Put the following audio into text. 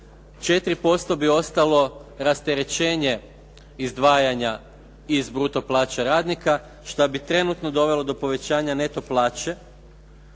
4% bi ostalo rasterećenje izdvajanja iz bruto plaće radnika, što bi trenutno dovelo do povećanja neto plaće